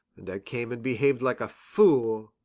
and i came and behaved like a fool.